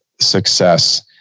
success